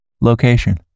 location